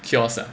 kiosk ah